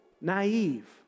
naive